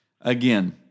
again